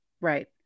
Right